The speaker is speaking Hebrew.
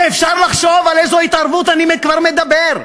ואפשר לחשוב על איזו התערבות אני כבר מדבר.